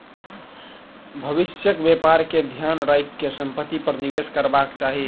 भविष्यक व्यापार के ध्यान राइख के संपत्ति पर निवेश करबाक चाही